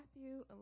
Matthew